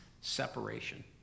separation